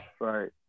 right